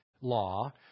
law